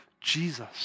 Jesus